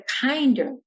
kinder